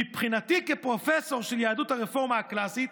מבחינתי, כפרופסור של יהדות הרפורמה הקלאסית,